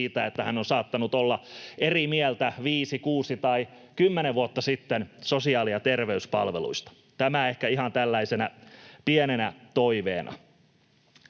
että hän on saattanut olla eri mieltä viisi, kuusi tai kymmenen vuotta sitten sosiaali- ja terveyspalveluista. Tämä ehkä ihan tällaisena pienenä toiveena.